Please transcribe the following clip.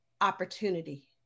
opportunity